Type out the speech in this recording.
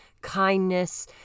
kindness